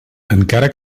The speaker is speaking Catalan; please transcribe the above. encara